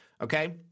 Okay